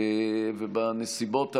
בנסיבות האלה,